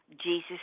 Jesus